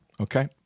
okay